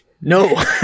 no